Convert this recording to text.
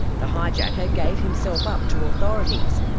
the hijacker gave himself up to authorities.